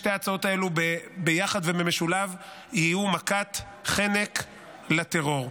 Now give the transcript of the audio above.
שתי ההצעות האלו ביחד ובמשולב יהיו מכת חנק לטרור.